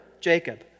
Jacob